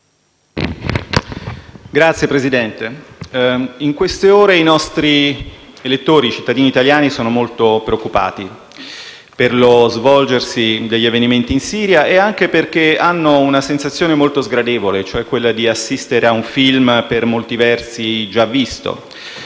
Signor Presidente, in queste ore i nostri elettori, i cittadini italiani, sono molto preoccupati per lo svolgersi degli avvenimenti in Siria e anche perché hanno una sensazione molto sgradevole, cioè quella di assistere a un film per molti versi già visto: